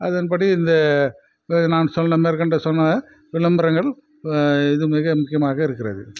அதன்படி இந்த நான் சொன்ன மேற்கொண்டு சொன்னதை விளம்பரங்கள் இது மிக முக்கியமாக இருக்கிறது